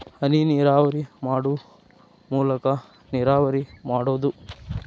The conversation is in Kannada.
ಹನಿನೇರಾವರಿ ಮಾಡು ಮೂಲಾಕಾ ನೇರಾವರಿ ಮಾಡುದು